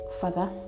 Father